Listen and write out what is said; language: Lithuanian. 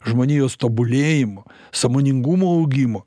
žmonijos tobulėjimo sąmoningumo augimu